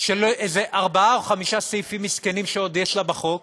של איזה ארבעה או חמישה סעיפים מסכנים שעוד יש לה בחוק,